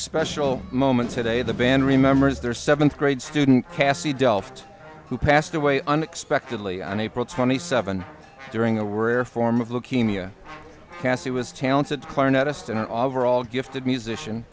special moment today the band remembers their seventh grade student kassie delft who passed away unexpectedly on april twenty seventh during a worrier form of leukemia cassie was talented clarinettist and an overall gifted musician